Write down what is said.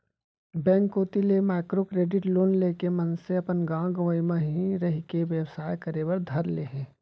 bank कोती ले micro credit loan लेके मनसे अपन गाँव गंवई म ही रहिके बेवसाय करे बर धर ले हे